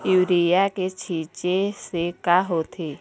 Urea के छींचे से का होथे?